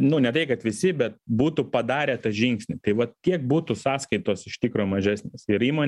nu ne tai kad visi bet būtų padarę tą žingsnį tai vat kiek būtų sąskaitos iš tikro mažesnės ir įmonė